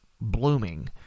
blooming